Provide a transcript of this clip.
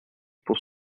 pour